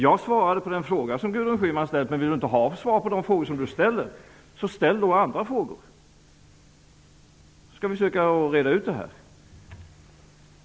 Jag svarade på den fråga som Gudrun Schyman ställde, men om hon inte vill ha svar på de frågor som hon ställer får hon ställa andra frågor. Då skall vi försöka att reda ut det här.